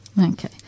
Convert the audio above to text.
Okay